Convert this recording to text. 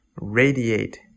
radiate